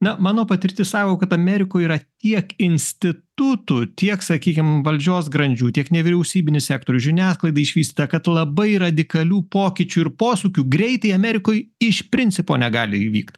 na mano patirtis sako kad amerikoj yra tiek institutų tiek sakykim valdžios grandžių tiek nevyriausybinių sektorių žiniasklaida išvystyta kad labai radikalių pokyčių ir posūkių greitai amerikoj iš principo negali įvykt